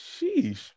Sheesh